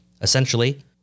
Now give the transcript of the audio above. Essentially